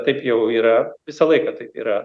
taip jau yra visą laiką taip yra